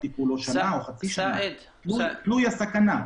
זה תלוי סכנה.